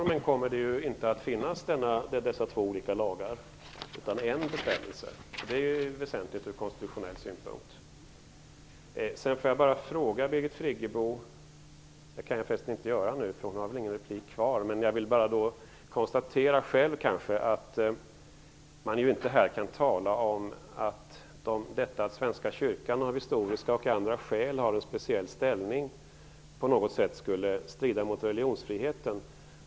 Herr talman! Dessa två olika lagar kommer ju inte att finnas i regeringsformen, utan det blir bara en bestämmelse, och det är väsentligt att komma ihåg från konstitutionell synpunkt. Man kan inte här tala om att detta att svenska kyrkan av andra och historiska skäl har en speciell ställning på något sätt skulle strida mot religionsfriheten.